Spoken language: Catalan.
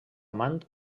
amant